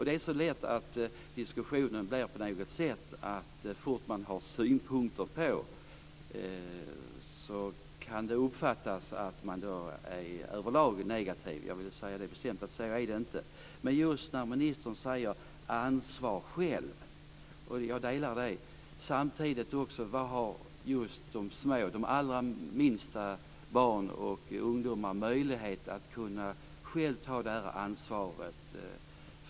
Det är så lätt att diskussionen övergår till att synpunkter alltid uppfattas som negativa. Jag vill bestämt säga att det inte är så. Ministern talar om eget ansvar. Jag delar den uppfattningen. Men vilka möjligheter har de minsta barnen och ungdomarna att själva ta ansvaret?